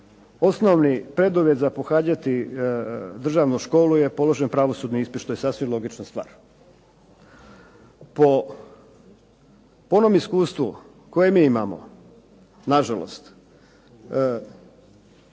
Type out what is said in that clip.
osnovni preduvjet je za pohađati državnu školu je položen pravosudni ispit, što je sasvim logična stvar. Po onom iskustvu koje mi imamo, nažalost,